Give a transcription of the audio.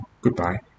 Goodbye